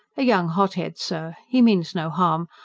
a young hot-head, sir! he means no harm.